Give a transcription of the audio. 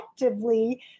effectively